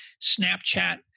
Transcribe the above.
Snapchat